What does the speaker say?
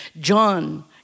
John